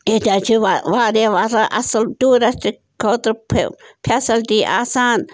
ییٚتہِ حظ چھِ واریاہ وارا اصٕل ٹیوٗرَسٹ خٲطرٕ فیسلٹی آسان